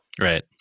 right